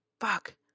fuck